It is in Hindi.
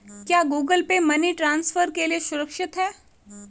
क्या गूगल पे मनी ट्रांसफर के लिए सुरक्षित है?